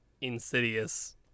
Insidious